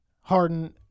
Harden